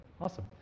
Awesome